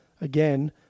again